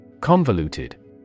Convoluted